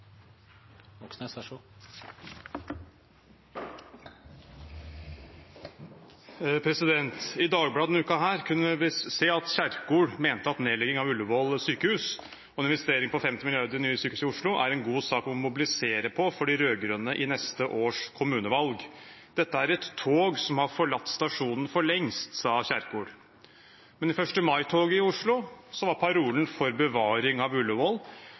Ullevål sykehus og en investering på 50 mrd. kr til nytt sykehus i Oslo er en god sak å mobilisere på for de rød-grønne i neste års kommunevalg. «Dette er et tog som har forlatt stasjonen for lengst», sa Kjerkol. Men i 1. mai-toget i Oslo var det parolen for bevaring av